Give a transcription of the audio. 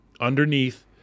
underneath